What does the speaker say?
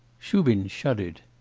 shubin shuddered.